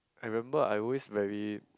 I remember I always very